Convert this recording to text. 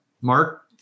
Mark